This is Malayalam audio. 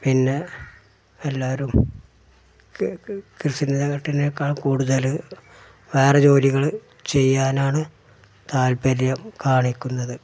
പിന്നെ എല്ലാവരും കൃഷി ചെയ്യന്നതിനേക്കാട്ടില് കൂടുതല് വേറെ ജോലികള് ചെയ്യാനാണ് താൽപ്പര്യം കാണിക്കുന്നത്